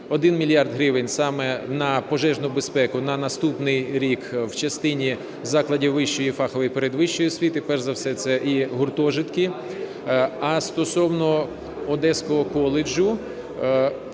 мільярд гривень саме на пожежну безпеку на наступний рік в частині закладів вищої і фахової передвищої освіти, перш за все це і гуртожитки. А стосовно Одеського коледжу,